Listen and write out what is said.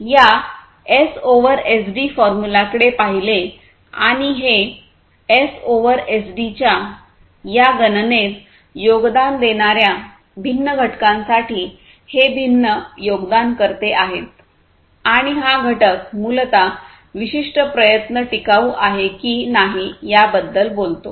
या S over SD फॉर्म्युलाकडे पाहिले आणि हे एस ओव्हर एसडीच्या या गणनेत योगदान देणार्या भिन्न घटकांसाठी हे भिन्न योगदानकर्ते आहेत आणि हा घटक मूलत विशिष्ट प्रयत्न टिकाऊ आहे की नाही याबद्दल बोलतो